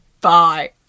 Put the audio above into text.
bye